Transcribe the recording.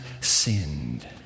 sinned